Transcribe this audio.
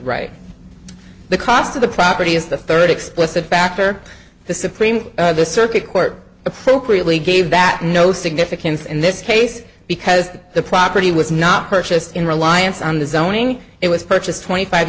right the cost of the property is the third explicit factor the supreme the circuit court appropriately gave that no significance in this case because the property was not purchased in reliance on the zoning it was purchased twenty five